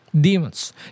Demons